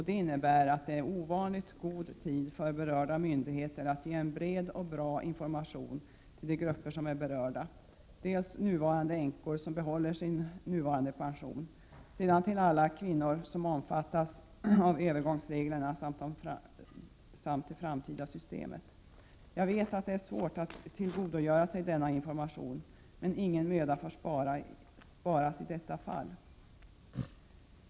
Det innebär att det finns ovanligt god tid för berörda myndigheter att ge en bred och bra information till de grupper som är berörda, dels de som i dag är änkor och som behåller sin nuvarande pension, dels alla kvinnor som omfattas av övergångsreglerna samt det framtida systemet. Jag vet att det är svårt att tillgodogöra sig denna information, men i detta fall får ingen möda sparas.